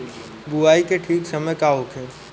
बुआई के ठीक समय का होखे?